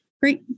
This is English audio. great